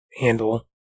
handle